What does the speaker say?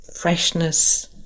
freshness